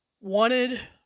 wanted